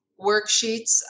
worksheets